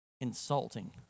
Insulting